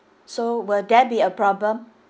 so will that be a problem